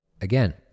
again